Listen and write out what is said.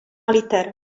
liter